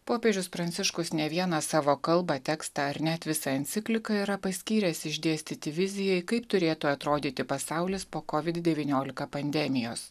popiežius pranciškus ne vieną savo kalbą tekstą ar net visą encikliką yra paskyręs išdėstyti vizijai kaip turėtų atrodyti pasaulis po kovid devyniolika pandemijos